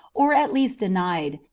or at least denied,